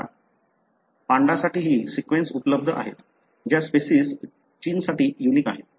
आता पांडासाठीही सीक्वेन्स उपलब्ध आहेत ज्या स्पेसिस चीनसाठी युनिक आहेत